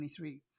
2023